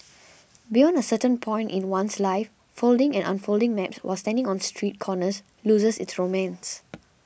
beyond a certain point in one's life folding and unfolding maps while standing on street corners loses its romance